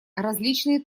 различные